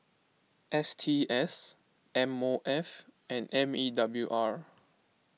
S T S M O F and M E W R